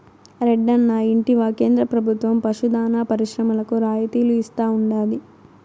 రెడ్డన్నా ఇంటివా కేంద్ర ప్రభుత్వం పశు దాణా పరిశ్రమలకు రాయితీలు ఇస్తా ఉండాది